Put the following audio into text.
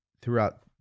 throughout